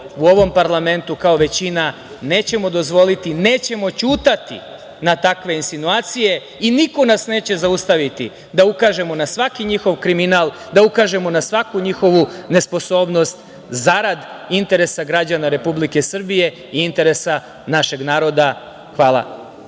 u ovom parlamentu kao većina nećemo dozvoliti. Nećemo ćutati na takve insinuacije i niko nas neće zaustaviti da ukažemo na svaki njihov kriminal, da ukažemo na svaku njihovu nesposobnost zarad interesa građana Republike Srbije i interesa našeg naroda. Hvala.